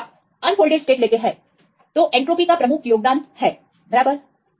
यदि आप unfolded states लेते हैं तो एंट्रॉपी का प्रमुख योगदान है बराबर